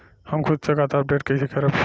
हम खुद से खाता अपडेट कइसे करब?